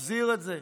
נחזיר את זה,